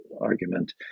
argument